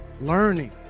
learning